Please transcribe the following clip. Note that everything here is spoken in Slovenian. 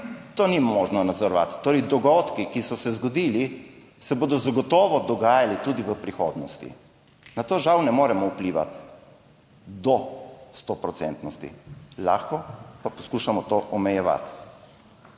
Tega ni možno nadzorovati. Torej dogodki, ki so se zgodili, se bodo zagotovo dogajali tudi v prihodnosti. Na to žal ne moremo vplivati do stoprocentnosti. Lahko pa poskušamo to omejevati.